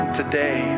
today